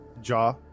jaw